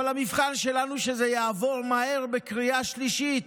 אבל המבחן שלנו הוא שזה יעבור מהר בקריאה שלישית,